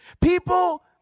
People